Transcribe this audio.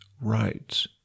rights